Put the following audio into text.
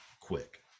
quick